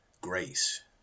grace